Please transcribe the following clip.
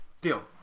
Deal